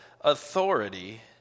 authority